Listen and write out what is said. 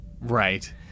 right